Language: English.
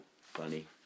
funny